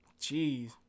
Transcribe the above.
Jeez